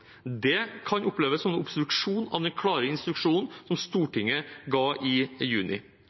Det kan oppleves som en obstruksjon av den klare instruksen som Stortinget ga i juni.